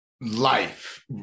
life